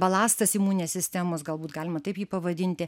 balastas imuninės sistemos galbūt galima taip jį pavadinti